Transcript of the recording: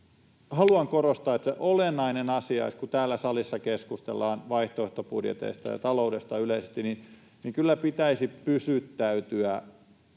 — korostaa, että se olennainen asia, kun täällä salissa keskustellaan vaihtoehtobudjeteista ja taloudesta yleisesti, on se, että kyllä pitäisi pysyttäytyä